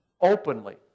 openly